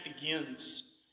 begins